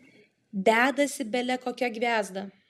dedasi bele kokia gviazda